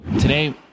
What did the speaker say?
Today